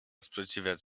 sprzeciwiać